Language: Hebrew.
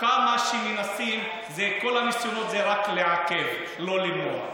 כמה שמנסים, כל הניסיונות זה רק לעכב, לא למנוע.